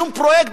בשום פרויקט,